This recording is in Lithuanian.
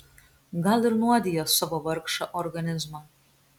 gal ir nuodija savo vargšą organizmą